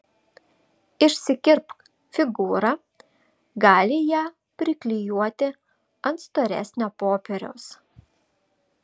išsikirpk figūrą gali ją priklijuoti ant storesnio popieriaus